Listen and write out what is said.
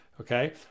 okay